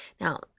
Now